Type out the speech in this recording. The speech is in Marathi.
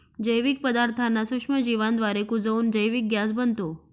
जैविक पदार्थांना सूक्ष्मजीवांद्वारे कुजवून जैविक गॅस बनतो